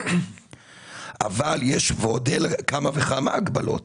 אבל יש כמה וכמה הגבלות